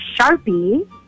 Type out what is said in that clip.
Sharpie